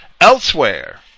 Elsewhere